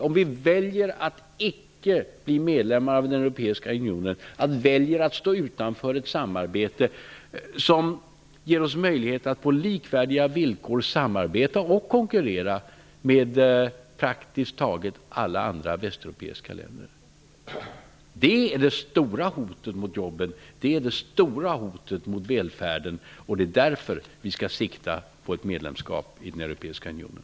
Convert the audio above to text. Om vi väljer att icke bli medlemmar av den europeiska unionen, dvs. om vi väljer att stå utanför ett samarbete som ger oss möjligheter att på likvärdiga villkor samarbeta och konkurrera med praktiskt taget alla andra västeuropeiska länder, blir detta det stora hotet mot jobben och mot välfärden. Därför skall vi sikta in oss på ett medlemskap i den europeiska unionen.